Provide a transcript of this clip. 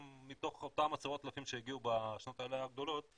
גם מתוך אותם עשרות אלפים שהגיעו בשנות העלייה הגדולות,